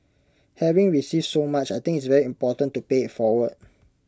having received so much I think it's very important to pay IT forward